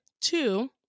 Two